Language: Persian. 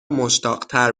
مشتاقتر